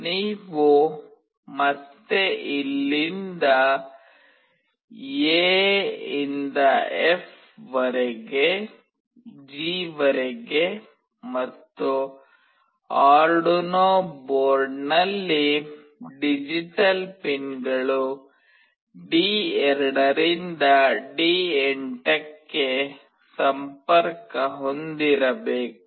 ನೀವು ಮತ್ತೆ ಇಲ್ಲಿಂದ ಎ ನಿಂದ ಎಫ್ ವರೆಗೆ ಜಿ ವರೆಗೆ ಮತ್ತು ಆರ್ಡುನೊ ಬೋರ್ಡ್ನಲ್ಲಿ ಡಿಜಿಟಲ್ ಪಿನ್ಗಳು ಡಿ2 ರಿಂದ ಡಿ8 ಗೆ ಸಂಪರ್ಕ ಹೊಂದಬೇಕು